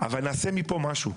אבל נעשה מפה משהו.